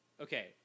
Okay